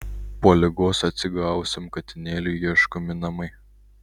po ligos atsigavusiam katinėliui ieškomi namai